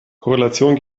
korrelation